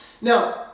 Now